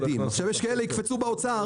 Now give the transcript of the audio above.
יש כאלה שיקפצו באוצר